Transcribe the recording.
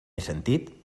sentit